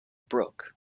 brook